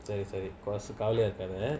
sorry sorry காளியாகாத:kaliyagatha